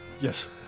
Yes